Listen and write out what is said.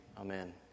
Amen